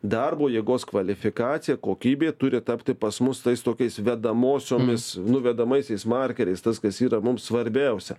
darbo jėgos kvalifikacija kokybė turi tapti pas mus tais tokiais vedamosiomis nu vedamaisiais markeriais tas kas yra mums svarbiausia